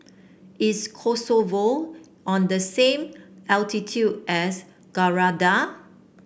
is Kosovo on the same latitude as Grenada